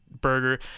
burger